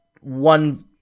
one